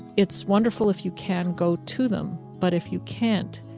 it's wonderful if you can go to them, but if you can't,